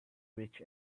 rich